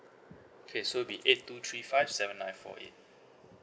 okay so it'll be eight two three five seven nine four eight